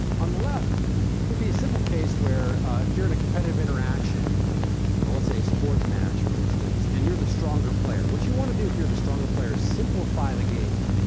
on the left it'd be a simple case where if you're in a competitive interaction let's say a sports match, for instance and you're the stronger player, what you want to do if you're the stronger player is simplify the game.